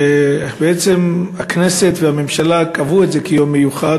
שבעצם הכנסת והממשלה קבעו את זה כיום מיוחד